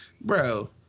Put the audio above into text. Bro